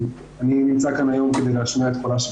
אני נמצא כאן היום כדי להשמיע את קולה של